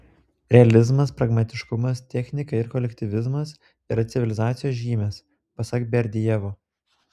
realizmas pragmatiškumas technika ir kolektyvizmas yra civilizacijos žymės pasak berdiajevo